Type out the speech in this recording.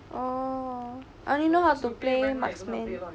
oh I only know how to play marksman